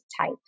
type